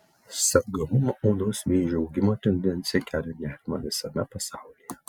sergamumo odos vėžiu augimo tendencija kelia nerimą visame pasaulyje